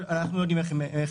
אנחנו לא יודעים איך הם מבוצעים,